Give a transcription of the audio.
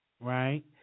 right